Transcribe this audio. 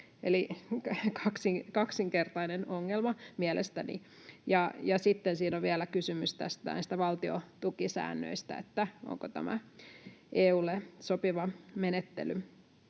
eli kaksinkertainen ongelma mielestäni. Sitten siinä on vielä kysymys näistä valtiontukisäännöistä, että onko tämä EU:lle sopiva menettely.